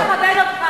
לא מכבד אותך.